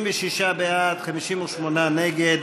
56 בעד, 58 נגד.